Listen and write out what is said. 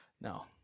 no